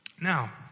Now